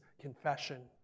confession